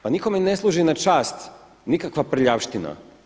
Pa nikome ne služi na čast nikakva prljavština.